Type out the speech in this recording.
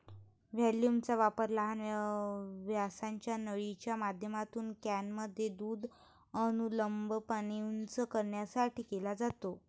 व्हॅक्यूमचा वापर लहान व्यासाच्या नळीच्या माध्यमातून कॅनमध्ये दूध अनुलंबपणे उंच करण्यासाठी केला जातो